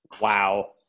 Wow